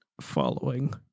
following